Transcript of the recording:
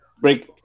break